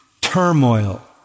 turmoil